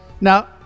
Now